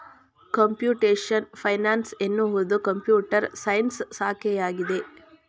computation finance ಎನ್ನುವುದು computer science ಶಾಖೆಯಾಗಿದೆ